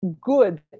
good